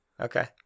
Okay